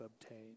obtain